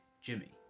Jimmy